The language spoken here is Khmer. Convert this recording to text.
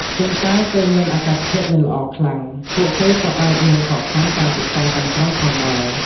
ជួនកាល ពេលមានអាកាសធាតុមិនល្អខ្លាំង ពួកគេក៏អាចនឹងខកខានការសិក្សាទាំងស្រុងផងដែរ។